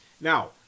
Now